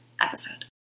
episode